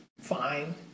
fine